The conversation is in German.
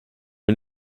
wir